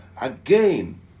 again